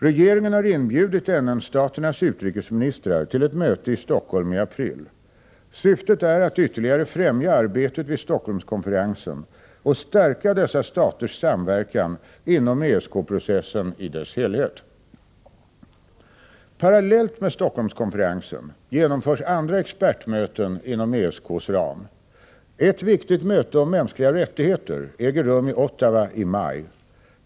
Regeringen har inbjudit NN-staternas utrikesministrar till ett möte i Stockholm i april. Syftet är att ytterligare främja arbetet vid Stockholmskonferensen och stärka dessa staters samverkan inom ESK-processen i dess helhet. Parallellt med Stockholmskonferensen genomförs andra expertmöten inom ESK:s ram. Ett viktigt möte om mänskliga rättigheter äger rum i Ottawa i maj.